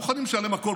מוכנים לשלם הכול,